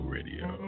Radio